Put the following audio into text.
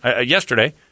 Yesterday